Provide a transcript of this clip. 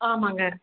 ஆமாங்க